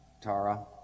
Tara